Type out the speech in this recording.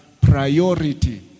priority